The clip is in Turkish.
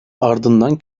ardından